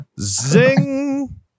Zing